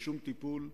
לשום טיפול,